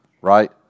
right